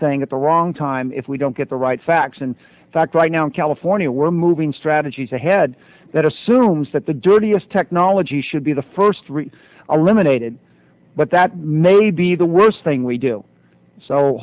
thing at the wrong time if we don't get the right facts and fact right now in california we're moving strategies ahead that assumes that the dirtiest technology should be the first three are limited but that may be the worst thing we do so